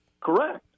Correct